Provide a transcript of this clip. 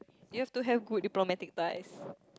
you have to have good diplomatic ties